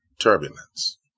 turbulence